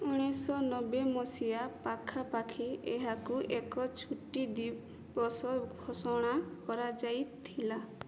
ଉଣେଇଶହ ମସିହା ପାଖାପାଖି ଏହାକୁ ଏକ ଛୁଟି ଦିବସ ଘୋଷଣା କରାଯାଇଥିଲା